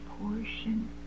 portion